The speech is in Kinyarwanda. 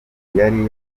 yari